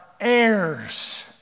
heirs